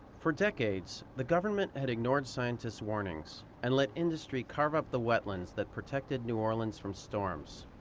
for decades, the government had ignored scientists' warnings and let industry carve up the wetlands that protected new orleans from storms.